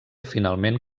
finalment